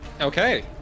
Okay